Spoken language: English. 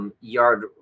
yard